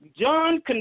John